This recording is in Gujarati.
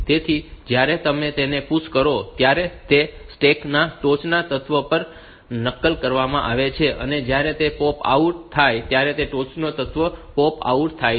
તેથી જ્યારે તમે તેને PUSH કરો છો ત્યારે તે સ્ટેક માં ટોચના તત્વ પર નકલ કરવામાં આવે છે અને જ્યારે તે પોપ આઉટ થાય છે ત્યારે ટોચનું તત્વ પોપ આઉટ થાય છે